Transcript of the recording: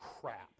crap